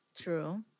True